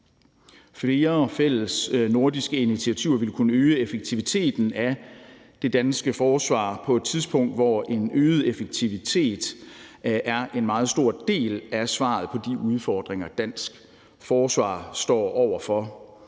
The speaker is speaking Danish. Flere fælles nordiske initiativer vil kunne øge effektiviteten af det danske forsvar på et tidspunkt, hvor en øget effektivitet er en meget stor del af svaret på de udfordringer, dansk forsvar står over for.